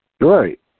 Right